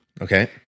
Okay